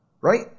right